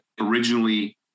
originally